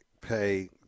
pay